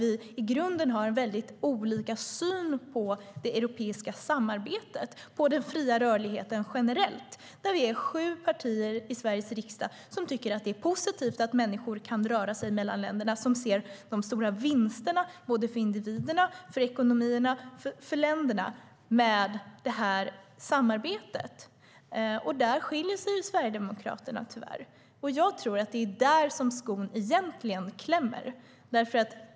I grunden har vi väldigt olika syn på det europeiska samarbetet och på den fria rörligheten generellt, där vi är sju partier i Sveriges riksdag som tycker att det är positivt att människor kan röra sig mellan länderna, som ser de stora vinsterna både för individerna, för ekonomierna och för länderna med det här samarbetet. Där skiljer sig Sverigedemokraterna tyvärr från övriga partier, och jag tror att det är där skon egentligen klämmer.